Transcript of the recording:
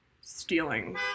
stealing